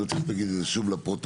אני רוצה שתגיד את זה שוב לפרוטוקול